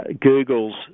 Google's